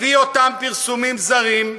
לפי אותם פרסומים זרים,